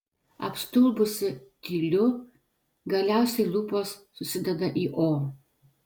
apstulbusi tyliu galiausiai lūpos susideda į o